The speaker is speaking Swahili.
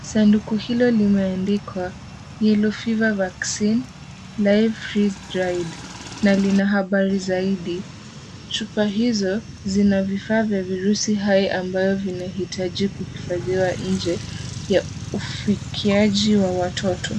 Sanduku hilo limeandikwa Yellow Fever Vaccine Life Free Stride na lina habari zaidi. Chupa hizo zina vifaa vya virusi hai ambayo vinahitaji kuhifadhiwa nje ya ufikiaji wa watoto.